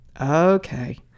Okay